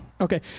Okay